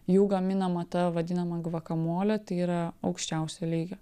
jų gaminama ta vadinama gvakamolė tai yra aukščiausio lygio